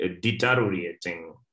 deteriorating